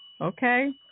okay